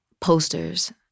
posters